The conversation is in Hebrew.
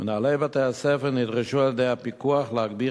מנהלי בתי-הספר נדרשו על-ידי הפיקוח להגביר